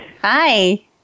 Hi